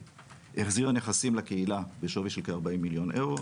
החזירה נכסים לקהילה בשווי של כ-40 מיליון אירו.